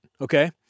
okay